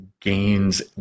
gains